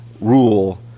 rule